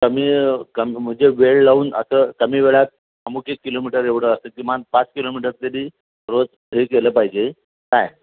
कमी कमी म्हणजे वेळ लावून असं कमी वेळात अमूक एक किलोमीटर एवढं असते किमान पाच किलोमीटर तरी रोज हे केलं पाहिजे काय